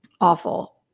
awful